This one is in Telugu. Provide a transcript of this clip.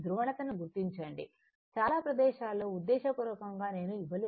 ధ్రువణతను గుర్తించండి చాలా ప్రదేశాలలో ఉద్దేశపూర్వకంగా నేను ఇవ్వలేదు